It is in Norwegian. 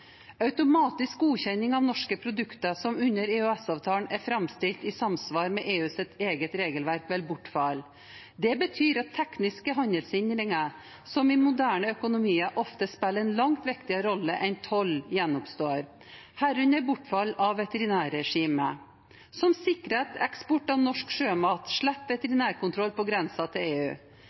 Automatisk godkjenning av norske produkter, som under EØS-avtalen er framstilt i samsvar med EUs eget regelverk, vil bortfalle. Det betyr at tekniske handelshindringer, som i moderne økonomier ofte spiller en langt viktigere rolle enn toll, gjenoppstår – herunder bortfall av veterinærregime, som sikrer at norsk eksport av norsk sjømat slipper veterinærkontroll på grensen til EU.